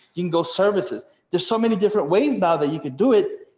you can go services, there's so many different ways now that you could do it.